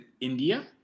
India